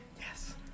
Yes